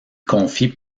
confie